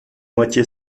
moitié